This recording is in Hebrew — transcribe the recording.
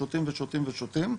הם שותים ושותים ושותים.